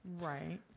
Right